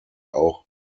auch